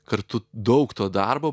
kartu daug to darbo